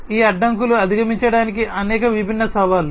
ఈ అడ్డంకులు అధిగమించడానికి అనేక విభిన్న సవాళ్లు